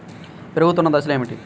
పెరుగుతున్న దశలు ఏమిటి?